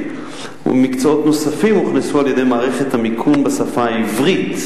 צריכה להפנים "רכבת ישראל"